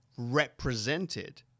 represented